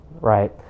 right